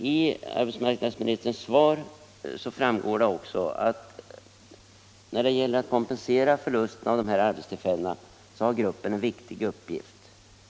I arbetsmarknadsministerns svar sägs också: ”När det gäller att kompensera förlusten av dessa arbetstillfällen har gruppen en viktig uppgift.